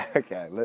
okay